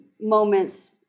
moments